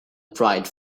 dried